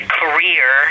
career